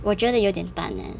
我觉得有点淡 eh